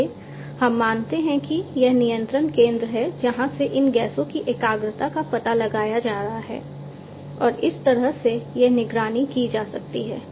आइए हम मानते हैं कि यह नियंत्रण केंद्र है जहां से इन गैसों की एकाग्रता का पता लगाया जा रहा है और इस तरह से यह निगरानी की जा सकती है